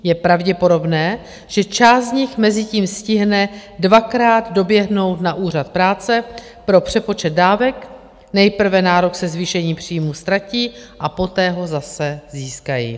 Je pravděpodobné, že část z nich mezitím stihne dvakrát doběhnout na úřad práce pro přepočet dávek, nejprve nárok se zvýšením příjmů ztratí a poté ho zase získají.